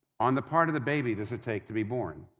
on the part of the baby does it take to be born?